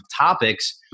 topics